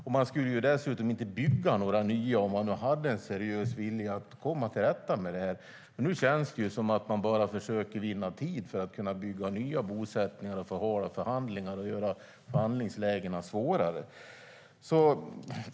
Dessutom skulle man inte utöka med några nya om man verkligen hade en seriös vilja att komma till rätta med problemet. Nu känns det som om man bara försöker vinna tid för att kunna bygga nya bosättningar, förhala förhandlingarna och göra förhandlingsläget svårare.